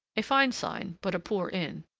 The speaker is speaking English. a fine sign, but a poor inn!